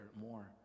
more